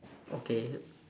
okay